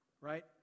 Right